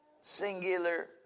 singular